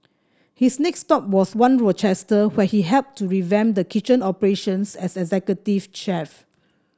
his next stop was One Rochester where he helped to revamp the kitchen operations as executive chef